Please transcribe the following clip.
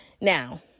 Now